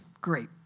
great